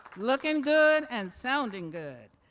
looking good and sounding good.